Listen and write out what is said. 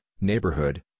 neighborhood